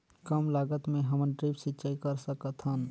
कम लागत मे हमन ड्रिप सिंचाई कर सकत हन?